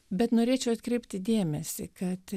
bet norėčiau atkreipti dėmesį kad